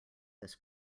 this